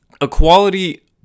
equality